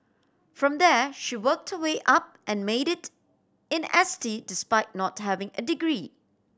from there she worked way up and made it in S T despite not having a degree